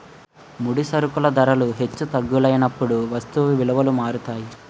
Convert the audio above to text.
ముడి సరుకుల ధరలు హెచ్చు తగ్గులైనప్పుడు వస్తువు విలువలు మారుతాయి